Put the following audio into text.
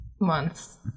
months